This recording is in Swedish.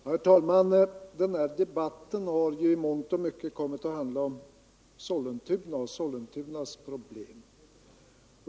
Herr talman! Den här debatten har i mångt och mycket kommit att handla om Sollentunas problem.